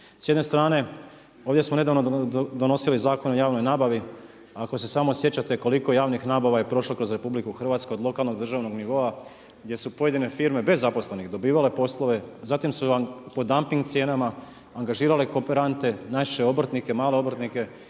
S jedne strane, ovdje smo nedavno donosili Zakon o javnoj nabave. Ako se samo sjećate koliko je javnih nabava je prošlo kroz RH od lokalnog, državnog nivoa, gdje su pojedine firme bez zaposlenih dobivali poslove, zatim su vam po dumping cijenama angažirale kooperante, najčešće obrtnike, male obrtnike,